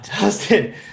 Dustin